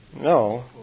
No